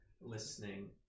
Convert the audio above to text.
listening